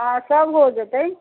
हँ सभ हो जेतै